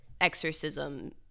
exorcism